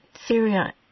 Syria